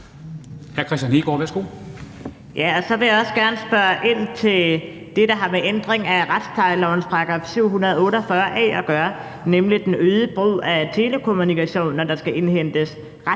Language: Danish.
Kristian Hegaard (RV): Så vil jeg også gerne spørge ind til det, der har med ændringen af retsplejelovens § 748 a at gøre, nemlig den øgede brug af telekommunikation, når der skal indhentes